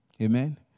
Amen